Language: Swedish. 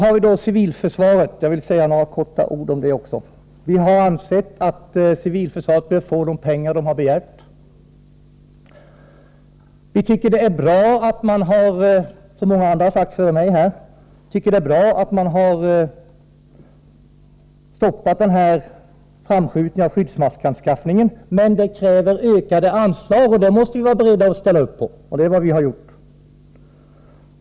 Jag vill också säga några ord om civilförsvaret. Vi har ansett att civilförsvaret bör få de pengar det har begärt. Vi tycker att det är bra — som många andra har sagt före mig — att man har stoppat framskjutningen av skyddsmaskanskaffningen. Men det kräver ökade anslag. Det måste vi vara beredda att ställa upp på, och det är vad vi har gjort.